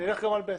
נלך גם על ב'.